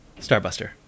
starbuster